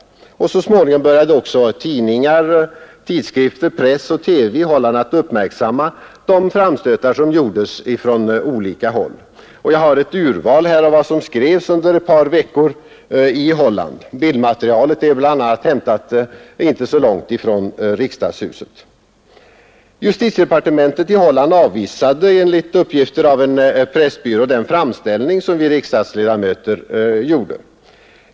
Så småningom började också tidningar, tidskrifter, press och TV i Holland att uppmärksamma de framstötar som gjordes från olika håll. Jag har här ett urval av vad som skrevs under ett par veckor i Holland. Bildmaterialet är bl.a. hämtat inte så långt från riksdagshuset. Justitiedepartementet i Holland avvisade, enligt uppgifter av en pressbyrå, den framställning som vi riksdagsledamöter gjorde.